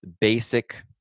basic